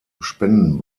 spenden